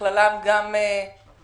בלא מעט